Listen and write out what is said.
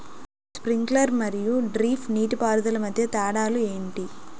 Sprinkler మరియు drip నీటిపారుదల మధ్య తేడాలు ఏంటి?